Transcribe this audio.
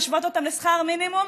להשוות אותם לשכר המינימום,